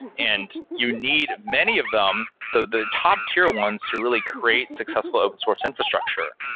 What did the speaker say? and you need many of them, the the top tier ones, to really create successful open source infrastructure.